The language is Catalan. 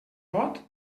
vot